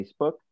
Facebook